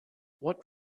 what